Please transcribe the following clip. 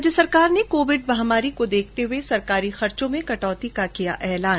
राज्य सरकार ने कोविड महामारी को देखते हुए प्रदेश में सरकारी खर्चो में कटौती का किया ऐलान